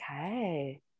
Okay